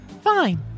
Fine